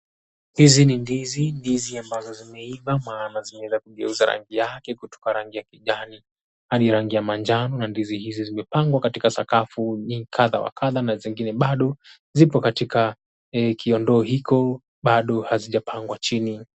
Hizi ni ndizi. Ndizi ambazo zimeiva maana zimeanza kugeuza rangi yake kutoka rangi ya kijani hadi rangi ya manjano na ndizi hizi zimepangwa katika sakafu kadha wa kadha na zingine bado zipo katika kiondoo hiko bado hazijapangwa chini.